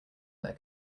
their